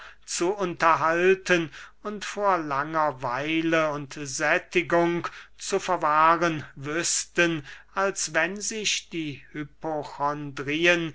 zu unterhalten und vor langer weile und sättigung zu verwahren wüßten als wenn sich die hypochondrien